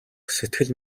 сэтгэл